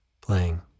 playing